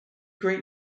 great